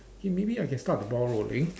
okay maybe I can start the ball rolling